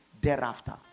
thereafter